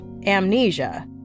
amnesia